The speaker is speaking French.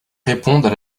répondent